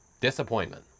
disappointment